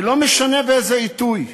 ולא משנה באיזה עיתוי.